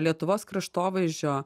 lietuvos kraštovaizdžio